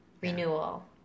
renewal